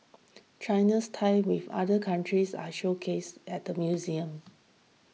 China's ties with other countries are showcased at the museum